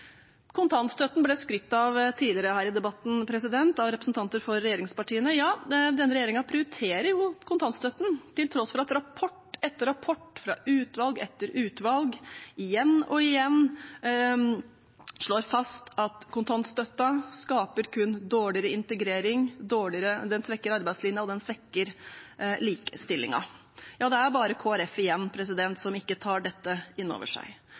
kontantstøtten. Ja, denne regjeringen prioriterer kontantstøtten, til tross for at rapport etter rapport fra utvalg etter utvalg igjen og igjen slår fast at kontantstøtten skaper kun dårligere integrering, den svekker arbeidslinjen, og den svekker likestillingen. Det er bare Kristelig Folkeparti som ikke tar dette inn over seg.